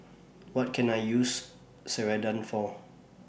What Can I use Ceradan For